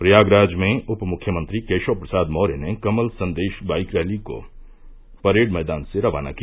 प्रयागराज में उप मुख्यमंत्री केशव प्रसाद मौर्य ने कमल संदेश बाईक रैली को परेड मैदान से रवाना किया